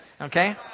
okay